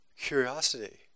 curiosity